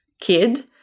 kid